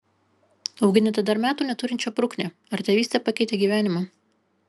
auginate dar metų neturinčią bruknę ar tėvystė pakeitė gyvenimą